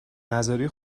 نذاری